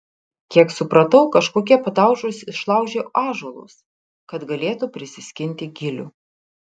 kiek supratau kažkokie padaužos išlaužė ąžuolus kad galėtų prisiskinti gilių